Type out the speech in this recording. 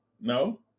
no